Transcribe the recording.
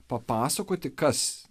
papasakoti kas